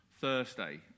Thursday